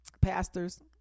Pastors